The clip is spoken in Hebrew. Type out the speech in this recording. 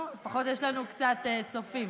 לפחות יש לנו קצת צופים.